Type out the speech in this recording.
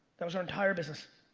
that was our entire business.